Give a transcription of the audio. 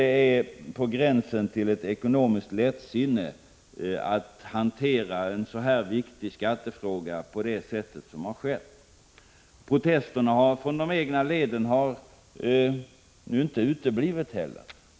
Det är på gränsen till ekonomiskt lättsinne att hantera en så här viktig skattefråga på det sätt som har skett. Protesterna från de egna leden har heller inte uteblivit.